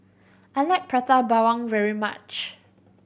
I like Prata Bawang very much